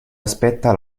aspetta